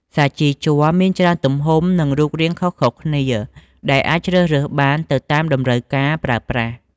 សាជីជ័រមានច្រើនទំហំ និងរូបរាងខុសៗគ្នា ដែលអាចជ្រើសរើសបានទៅតាមតម្រូវការប្រើប្រាស់។